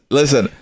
listen